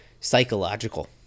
psychological